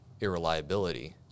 irreliability